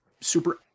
super